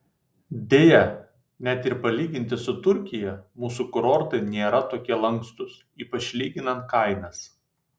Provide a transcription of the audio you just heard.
deja net ir palyginti su turkija mūsų kurortai nėra tokie lankstūs ypač lyginant kainas